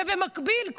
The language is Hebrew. ובמקביל,